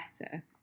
better